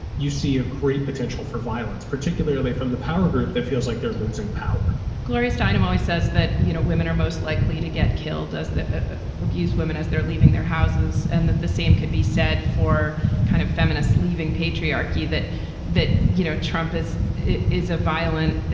you see a great potential for violence, particularly from the power group that feels like they're losing power gloria steinem always says that, you know, women are most likely to get killed as ah abused women as they're leaving their houses, and that the same could be said for kind of feminists leaving patriarchy that that, you know, trump is is a violent,